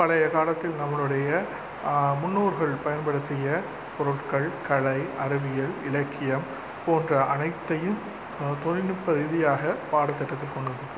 பழைய காலத்தில் நம்மளுடைய முன்னோர்கள் பயன்படுத்திய பொருட்கள் கலை அறிவியல் இலக்கியம் போன்ற அனைத்தையும் தொழில்நுட்ப ரீதியாக பாடதிட்டத்தில் கொண்டு வந்திருக்கு